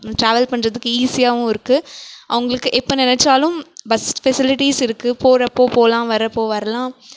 travel பண்ணுறதுக்கு ஈஸியாகவும் இருக்குது அவங்களுக்கு இப்போ நினச்சாலும் பஸ் ஃபெசிலிட்டிஸ் இருக்குது போகிறப்போ போகலாம் வரப்போ வரலாம்